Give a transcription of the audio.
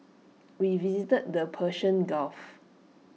we visited the Persian gulf